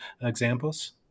examples